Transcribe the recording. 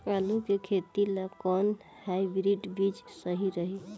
आलू के खेती ला कोवन हाइब्रिड बीज सही रही?